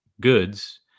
goods